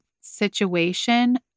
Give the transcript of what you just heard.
situation